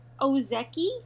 Ozeki